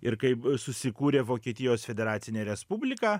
ir kai susikūrė vokietijos federacinė respublika